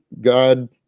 God